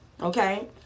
okay